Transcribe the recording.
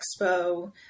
expo